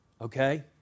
okay